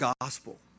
gospel